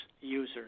users